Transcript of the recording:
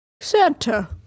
Santa